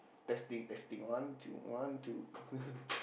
testing testing one two one two